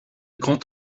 grand